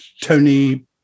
Tony